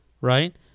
right